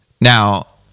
now